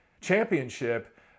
championship